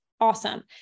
Awesome